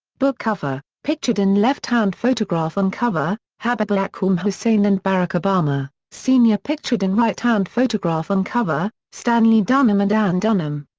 book cover pictured in left-hand photograph on cover habiba akumu um hussein and barack obama, sr. pictured in right-hand photograph on cover stanley dunham and ann dunham.